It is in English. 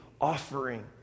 offering